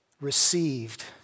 received